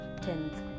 tenth